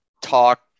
talk